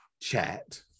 chat